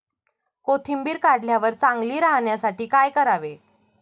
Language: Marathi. कोथिंबीर काढल्यावर चांगली राहण्यासाठी काय करावे?